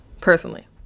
personally